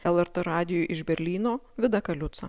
lrt radijui iš berlyno vida kaliuca